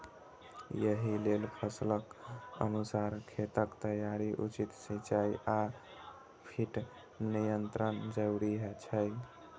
एहि लेल फसलक अनुसार खेतक तैयारी, उचित सिंचाई आ कीट नियंत्रण जरूरी छै